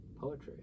poetry